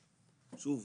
שוב,